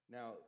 Now